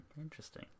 interesting